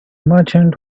merchant